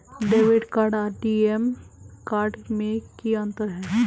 Debit card आर ATM card में की अंतर है?